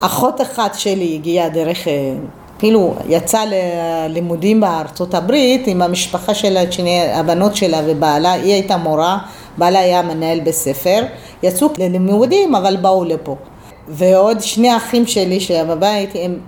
אחות אחת שלי הגיעה דרך, כאילו יצא ללימודים בארצות הברית עם המשפחה שלה, את שני הבנות שלה ובעלה, היא הייתה מורה, בעלה היה מנהל בספר, יצאו ללימודים אבל באו לפה. ועוד שני אחים שלי שהיו בבית, הם...